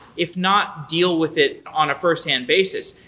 if not deal with it on a firsthand basis.